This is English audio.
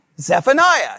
Zephaniah